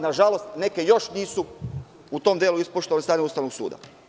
Nažalost, neke još nisu u tom delu ispoštovale stav Ustavnog suda.